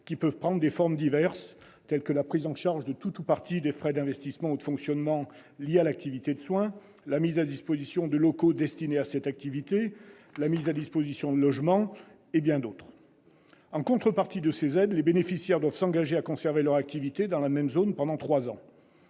qui peuvent prendre des formes diverses : la prise en charge de tout ou partie des frais d'investissement ou de fonctionnement liés à l'activité de soins, la mise à disposition de locaux destinés à cette activité, la mise à disposition d'un logement et bien d'autres. En contrepartie de ces aides, leurs bénéficiaires doivent s'engager à conserver leur activité dans la même zone pendant trois ans.